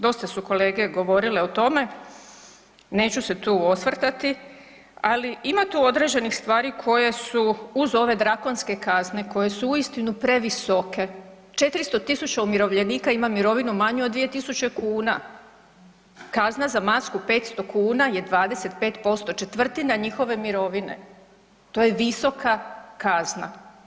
Dosta su kolege govorile o tome neću se tu osvrtati, ali ima tu određenih stvari koje su uz ove drakonske kazne koje su uistinu previsoke 400.000 umirovljenika ima mirovinu manju od 2.000 kuna, kazna za masku 500 kuna je 25% četvrtina njihove mirovine, to je visoka kazna.